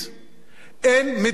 אין מדינה בעולם